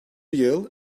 yıl